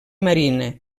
marina